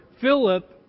Philip